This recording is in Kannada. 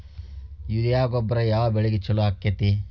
ಯೂರಿಯಾ ಗೊಬ್ಬರ ಯಾವ ಬೆಳಿಗೆ ಛಲೋ ಆಕ್ಕೆತಿ?